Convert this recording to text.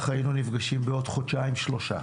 היינו נפגשים בעוד חודשיים-שלושה.